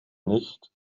nicht